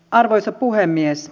arvoisa puhemies